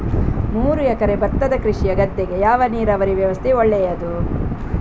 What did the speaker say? ಮೂರು ಎಕರೆ ಭತ್ತದ ಕೃಷಿಯ ಗದ್ದೆಗೆ ಯಾವ ನೀರಾವರಿ ವ್ಯವಸ್ಥೆ ಒಳ್ಳೆಯದು?